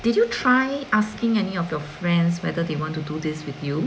did you try asking any of your friends whether they want to do this with you